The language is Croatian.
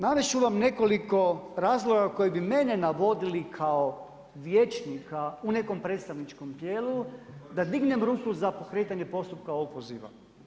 Navesti ću vam nekoliko razloga koji bi mene navodili kao vijećnika u nekom predstavničkom tijelu, da dignem ruku za pokretanje postupka opoziva.